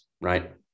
right